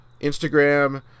Instagram